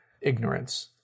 ignorance